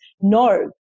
no